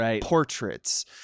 portraits